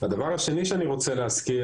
הדבר השני שאני רוצה להזכיר,